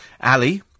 Ali